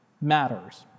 matters